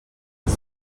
els